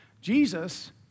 Jesus